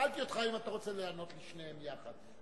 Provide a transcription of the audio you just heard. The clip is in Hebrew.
שאלתי אותך אם אתה רוצה לענות לשניהם יחד,